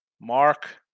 mark